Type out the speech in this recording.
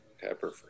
pepper